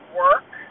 work